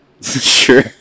Sure